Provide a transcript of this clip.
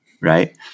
Right